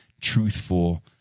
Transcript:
truthful